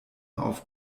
auf